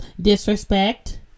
disrespect